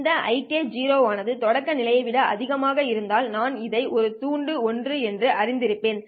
இந்த ik0 ஆனது தொடக்கநிலை விட அதிகமாக இருந்தால் நான் இதை ஒரு துண்டு 1 என்று அறிவித்திருப்பேன்